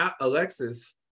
alexis